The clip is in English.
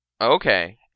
Okay